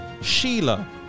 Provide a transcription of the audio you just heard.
Sheila